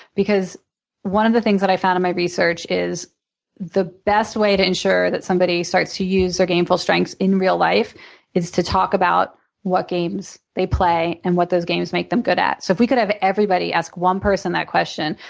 because one of the things that i found in my research is the best way to ensure that somebody starts to use their gameful strengths in real life is to talk about what games they play and what those games make them good at. so if we could have everybody ask one person that question,